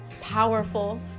powerful